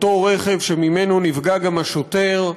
אותו רכב שממנו נפגע גם השוטר,